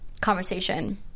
conversation